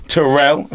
Terrell